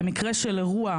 במקרה של אירוע,